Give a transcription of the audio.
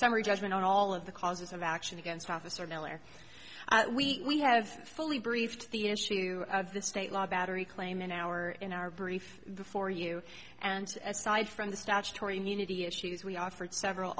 summary judgment on all of the causes of action against officer miller we have fully briefed the issue of the state law battery claim in our in our brief before you and aside from the statutory munity issues we offered several